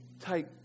take